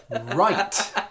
Right